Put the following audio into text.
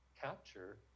capture